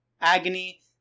agony